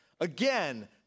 Again